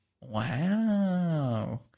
Wow